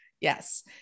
Yes